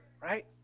right